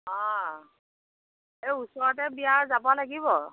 অঁ এই ওচৰতে বিয়া আৰু যাব লাগিব